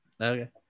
okay